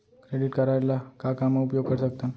Credit card ला का का मा उपयोग कर सकथन?